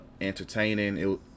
entertaining